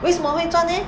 为什么会赚 leh